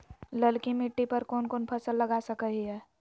ललकी मिट्टी पर कोन कोन फसल लगा सकय हियय?